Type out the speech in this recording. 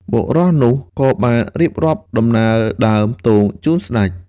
បុរសនោះក៏បានរៀបរាប់ដំណើរដើមទងជូនស្ដេច។